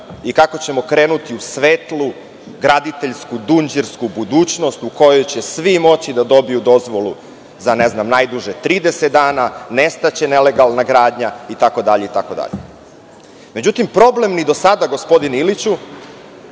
i kako ćemo krenuti u svetlu, graditeljsku, dunđersku budućnost u kojoj će svi moći da dobiju dozvolu za najduže 30 dana, nestaće nelegalna gradnja, itd, itd.Međutim, problem ni do sada, gospodine Iliću,